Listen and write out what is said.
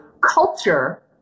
Culture